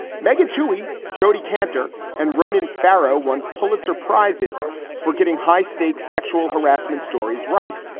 meghan toohey, jodi kantor and ronan farrow won pulitzer prizes for getting high stakes sexual harassment stories. right.